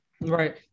right